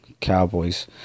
Cowboys